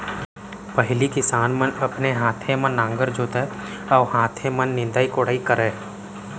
पहिली किसान मन अपने हाथे म नांगर जोतय अउ हाथे म निंदई कोड़ई करय